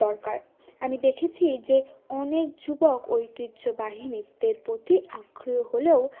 দরকার আমি দেখেছি যে অনেক যুবক ঐতিহ্যবাহী নৃত্যের প্রতি আকৃষ্ট হলেও